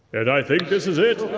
and i think this is it.